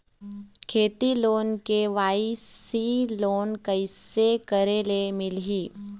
खेती loan KYC loan कइसे करे ले मिलही?